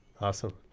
Awesome